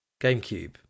gamecube